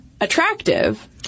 attractive